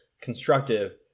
constructive